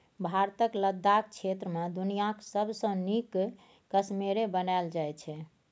भारतक लद्दाख क्षेत्र मे दुनियाँक सबसँ नीक कश्मेरे बनाएल जाइ छै